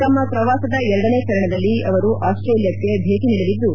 ತಮ್ಮ ಪ್ರವಾಸದ ಎರಡನೇ ಚರಣದಲ್ಲಿ ಅವರು ಆಸ್ಟೇಲಿಯಾಕ್ಕೆ ಭೇಟಿ ನೀಡಲಿದ್ದು